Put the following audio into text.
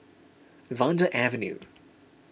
Vanda Avenue